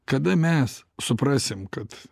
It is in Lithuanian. kada mes suprasim kad